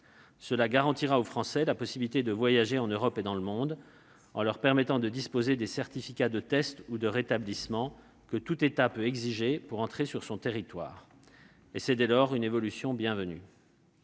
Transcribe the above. Cela garantira aux Français la possibilité de voyager en Europe et dans le monde, en leur permettant de disposer des certificats de test ou de rétablissement que tout État peut exiger pour entrer sur son territoire. Il s'agit d'une évolution bienvenue.